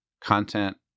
content